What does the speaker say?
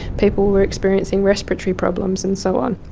people were experiencing respiratory problems and so on,